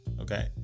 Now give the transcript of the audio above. okay